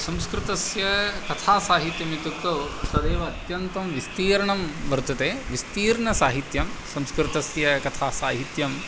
संस्कृतस्य कथासाहित्यमित्युक्तौ तदेव अत्यन्तं विस्तीर्णं वर्तते विस्तीर्णसाहित्यं संस्कृतस्य कथासाहित्यं